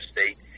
State